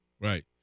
Right